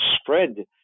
spread